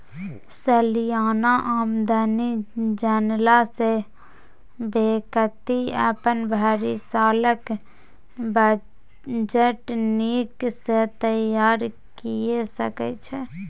सलियाना आमदनी जनला सँ बेकती अपन भरि सालक बजट नीक सँ तैयार कए सकै छै